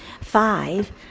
Five